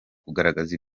kugaragaza